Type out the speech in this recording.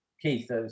Keith